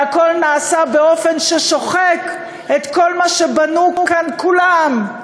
והכול נעשה באופן ששוחק את כל מה שבנו כאן כולם,